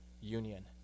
union